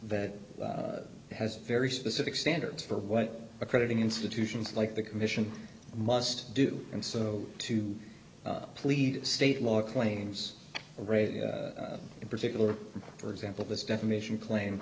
that has very specific standards for what accrediting institutions like the commission must do and so to plead state law claims radio in particular for example this defamation claim